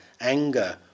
anger